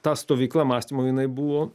ta stovykla mąstymo jinai buvo